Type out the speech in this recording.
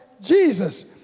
Jesus